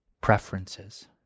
preferences